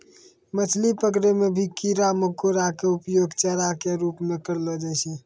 मछली पकड़ै मॅ भी कीड़ा मकोड़ा के उपयोग चारा के रूप म करलो जाय छै